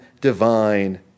divine